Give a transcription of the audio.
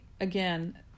again